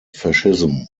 fascism